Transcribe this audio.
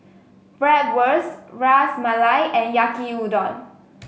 Bratwurst Ras Malai and Yaki Udon